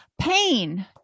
pain